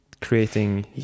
creating